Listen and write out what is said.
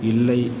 இல்லை